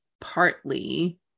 partly